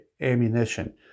ammunition